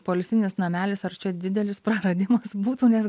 poilsinis namelis ar čia didelis praradimas būtų nes